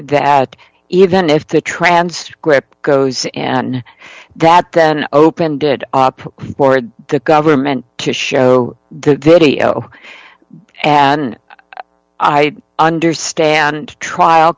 that even if the transcript goes and that then opened it up for the government to show the video and i understand trial